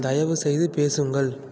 தயவுசெய்து பேசுங்கள்